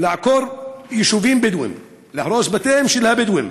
לעקור יישובים בדואיים, להרוס בתיהם של הבדואים